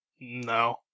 no